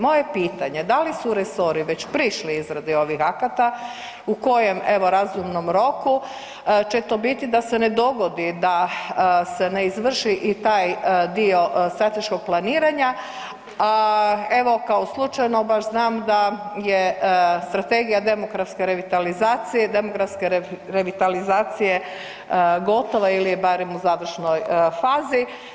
Moje je pitanje da li su resori već prišli izradi ovih akata u kojem evo, razumnom roku će to biti da se ne dogodi da se ne izvrši i taj dio strateškog planiranja, a evo, kao slučajno baš znam da je strategija demografske revitalizacije, demografske revitalizacije gotova ili je barem u završnoj fazi?